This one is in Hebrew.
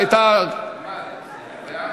אתה מוסיף לבעד?